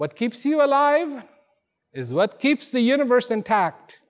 what keeps you alive is what keeps the universe intact